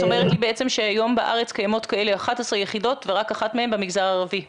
את אומרת לי שהיום בארץ קיימות כאלה 11 יחידות ורק אחת מהן במגזר הערבי.